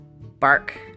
bark